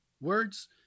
words